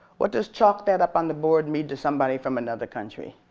what does chalk that up on the board mean to somebody from another country?